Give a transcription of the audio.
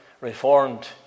Reformed